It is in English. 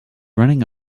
running